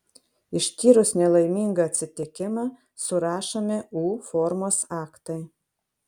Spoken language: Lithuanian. ištyrus nelaimingą atsitikimą surašomi u formos aktai